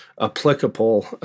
applicable